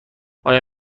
آیا